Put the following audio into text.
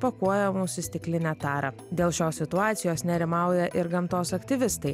pakuojamus į stiklinę tarą dėl šios situacijos nerimauja ir gamtos aktyvistai